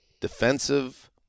defensive